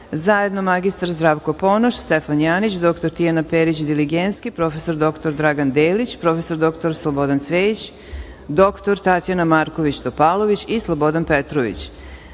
zajedno mr Zdravko Ponoš, Stefan Janjić, dr Tijana Perić Diligenski, prof. dr Dragan Delić, prof. dr Slobodan Cvejić, dr Tatjana Marković Topalović i Slobodan Petrović,